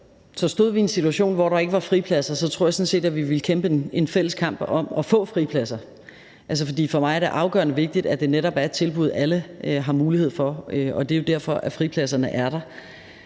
Så stod vi i en situation, hvor der ikke var fripladser, tror jeg sådan set at vi ville kæmpe en fælles kamp om at få fripladser. Altså, for mig er det afgørende vigtigt, at det netop er et tilbud, alle har mulighed for at få, og det er jo derfor, at fripladserne er der.